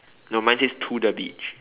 no mine says to the beach